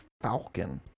falcon